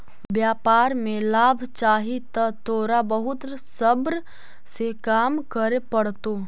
व्यापार में लाभ चाहि त तोरा बहुत सब्र से काम करे पड़तो